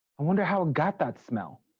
i wonder how it got that smell?